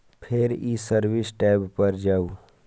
फेर ई service tab पर जाउ